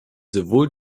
sowohl